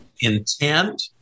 intent